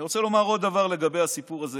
אני רוצה לומר עוד דבר לגבי הסיפור הזה